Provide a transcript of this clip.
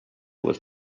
was